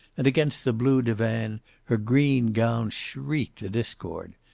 and against the blue divan her green gown shrieked a discord.